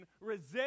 resist